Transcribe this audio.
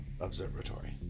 observatory